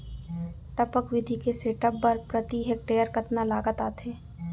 टपक विधि के सेटअप बर प्रति हेक्टेयर कतना लागत आथे?